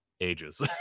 ages